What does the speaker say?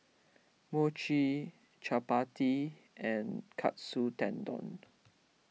Mochi Chapati and Katsu Tendon